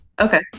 okay